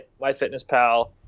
MyFitnessPal